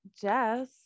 Jess